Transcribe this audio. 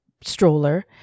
stroller